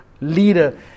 leader